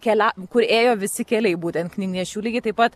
kelią kur ėjo visi keliai būtent knygnešių lygiai taip pat